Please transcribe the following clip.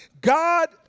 God